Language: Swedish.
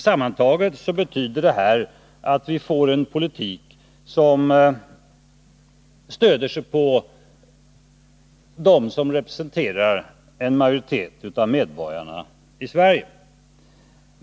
Sammantaget betyder det att vi får en politik som stöder sig på dem som representerar en majoritet av medborgarna i Sverige.